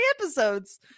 episodes